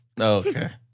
okay